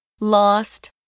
lost